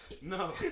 No